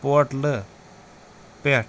پورٹلہٕ پٮ۪ٹھ